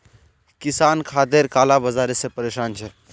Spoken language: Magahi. किसान खादेर काला बाजारी से परेशान छे